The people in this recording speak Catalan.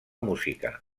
música